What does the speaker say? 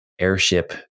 airship